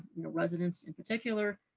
you know residents in particular,